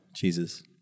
Jesus